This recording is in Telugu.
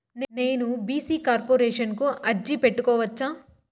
నేను బీ.సీ కార్పొరేషన్ కు అర్జీ పెట్టుకోవచ్చా?